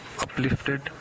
uplifted